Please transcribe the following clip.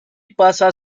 pasa